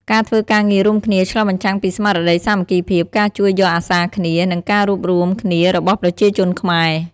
ការធ្វើការងាររួមគ្នាឆ្លុះបញ្ចាំងពីស្មារតីសាមគ្គីភាព ការជួយយកអាសាគ្នា និងការរួបរួមគ្នារបស់ប្រជាជនខ្មែរ។